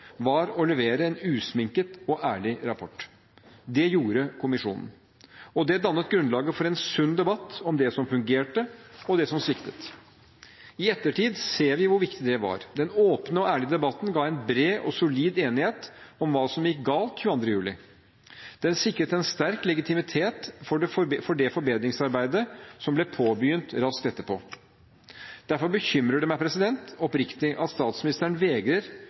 var å levere en usminket og ærlig rapport. Det gjorde kommisjonen, og det dannet grunnlaget for en sunn debatt om det som fungerte, og det som sviktet. I ettertid ser vi hvor viktig det var. Den åpne og ærlige debatten ga en bred og solid enighet om hva som gikk galt 22. juli. Den sikret en sterk legitimitet for det forbedringsarbeidet som ble påbegynt raskt etterpå. Derfor bekymrer det meg oppriktig at statsministeren